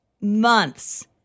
months